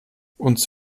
uns